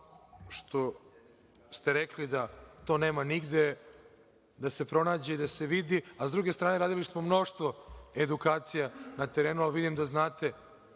što ste rekli da to nema nigde da se pronađe i da se vidi. Sa druge strane, radili smo mnoštvo edukacija na terenu, a vidim da znate